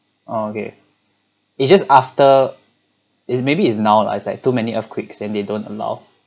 okay it's just after it's maybe it's now lah like too many earthquakes and they don't allow